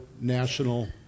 national